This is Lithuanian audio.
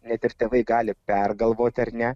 net irk tėvai gali pergalvot ar ne